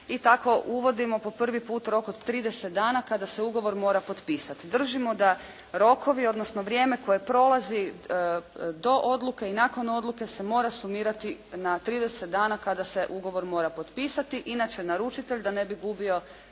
i tako uvodimo po prvi put od 30 dana kada se ugovor mora potpisati. Držimo da rokovi, odnosno vrijeme koje prolazi do odluke i nakon odluke se mora sumirati na 30 dana kada se ugovor mora potpisati, inače naručitelj da ne bi gubio